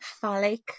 phallic